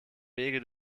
wege